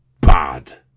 bad